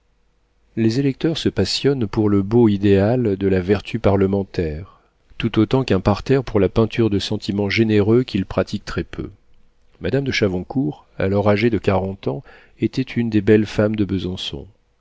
les électeurs se passionnent pour le beau idéal de la vertu parlementaire tout autant qu'un parterre pour la peinture de sentiments généreux qu'il pratique très-peu madame de chavoncourt alors âgée de quarante ans était une des belles femmes de besançon